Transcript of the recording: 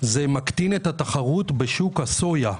של כוספת סויה מקטינה את התחרות בשוק הסויה.